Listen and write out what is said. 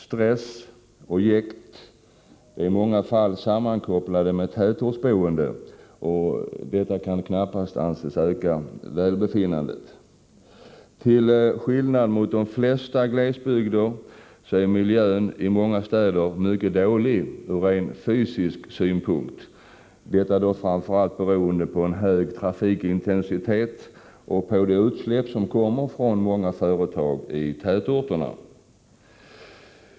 Stress och jäkt är i många fall sammankopplade med tätortsboende, och detta kan knappast anses öka välbefinnandet. Till skillnad mot i glesbygderna är miljön i många städer mycket dålig ur rent fysisk synpunkt, detta framför allt beroende på en hög trafikintensitet och på de utsläpp som kommer från många företag i städerna.